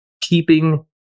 keeping